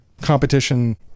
competition